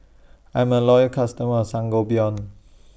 I'm A Loyal customer of Sangobion